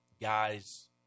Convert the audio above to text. guys